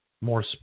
more